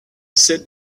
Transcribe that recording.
sit